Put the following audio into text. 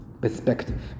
Perspective